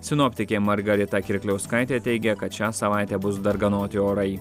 sinoptikė margarita kirkliauskaitė teigia kad šią savaitę bus darganoti orai